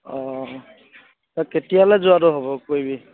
অঁ তই কেতিয়ালৈ যোৱাটো হ'ব কৰিবি